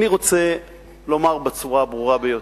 אני רוצה לומר בצורה הברורה ביותר,